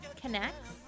connects